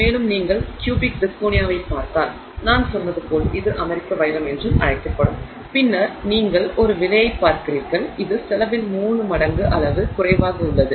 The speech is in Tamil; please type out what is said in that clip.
மேலும் நீங்கள் கியூபிக் சிர்கோனியாவைப் பார்த்தால் நான் சொன்னது போல் இது அமெரிக்க வைரம் என்றும் அழைக்கப்படும் பின்னர் நீங்கள் ஒரு விலையைப் பார்க்கிறீர்கள் இது செலவில் 3 மடங்கு அளவு குறைவாக உள்ளது